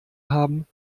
haben